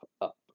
up